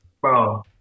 bro